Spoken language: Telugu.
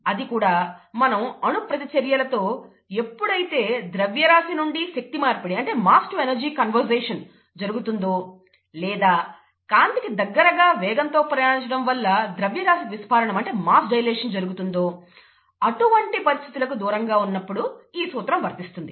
అది కూడా మనం అణు ప్రతిచర్యలలో ఎక్కడైతే ద్రవ్యరాశి నుండి ఎనర్జీ మార్పిడి జరుగుతుందో లేదా కాంతికి దగ్గరగా వేగంతో ప్రయాణించడం వలన మాస్ డైలేషన్ జరుగుతుందో అటువంటి పరిస్థితులకు దూరంగా ఉన్నప్పుడు ఈ సూత్రం వర్తిస్తుంది